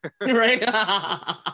Right